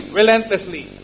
relentlessly